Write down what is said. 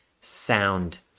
sound